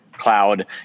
Cloud